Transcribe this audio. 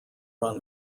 run